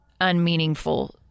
unmeaningful